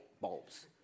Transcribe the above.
bulbs